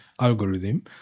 algorithm